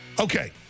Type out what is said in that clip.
Okay